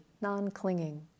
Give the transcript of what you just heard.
non-clinging